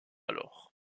alors